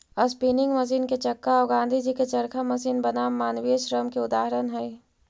spinning machine के चक्का औ गाँधीजी के चरखा मशीन बनाम मानवीय श्रम के उदाहरण हई